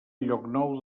llocnou